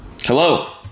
Hello